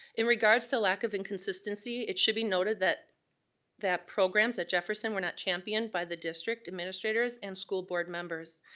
in regards to lack of inconsistency, it should be noted that that programs at jefferson were not championed by the district administrators and school board members.